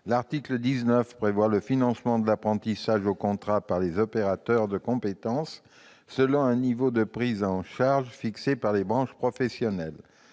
L'article 19 prévoit le financement de l'apprentissage au contrat par les opérateurs de compétences selon un niveau de prise en charge fixé par les branches professionnelles.